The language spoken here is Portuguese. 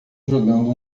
jogando